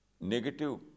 negative